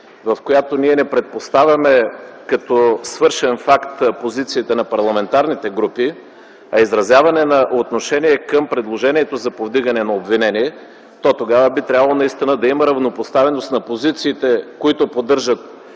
в която ние не предпоставяме като свършен факт позициите на парламентарните групи, а изразяване на отношение към предложението за повдигане на обвинение, то тогава би трябвало наистина да има равнопоставеност на позициите, които поддържат